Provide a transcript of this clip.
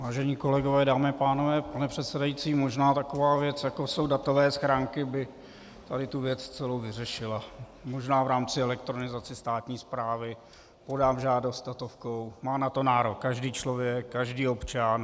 Vážení kolegové, dámy a pánové, pane předsedající, možná taková věc jako jsou datové schránky, by tady tu věc celou vyřešila, možná v rámci elektronizace státní správy podám žádost datovkou, má na to nárok každý člověk, každý občan.